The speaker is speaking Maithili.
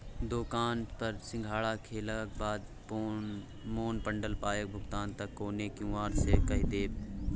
दोकान पर सिंघाड़ा खेलाक बाद मोन पड़ल पायक भुगतान त कोनो क्यु.आर सँ कए देब